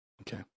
Okay